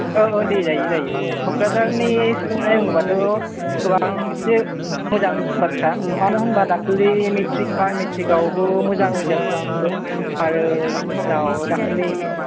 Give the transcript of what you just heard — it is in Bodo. औ औ दे जायो जायो औ क'क्राझारनि सोलोंथाइ बुङोबलाथ' गोबां एसे मोजां बाथ्रा मानो होनब्ला दाख्लै मेट्रिक मेट्रिकावबो मोजां रिजाल्ट खालामदों आरो बिनि उनाव दाखालै